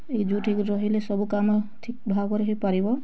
ଏକଜୁଟ୍ ହେଇକି ରହିଲେ ସବୁ କାମ ଠିକ୍ ଭାବରେ ହେଇପାରିବ